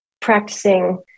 practicing